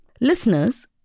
Listeners